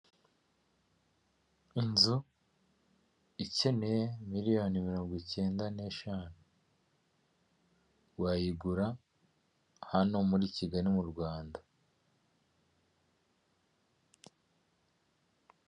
Inzu ikeneye miliyoni mirongo icyenda n'eshanu wayigura hano muri Kigali mu Rwanda.